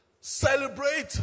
Celebrate